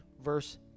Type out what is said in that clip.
verse